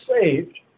saved